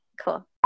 cool